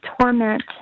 torment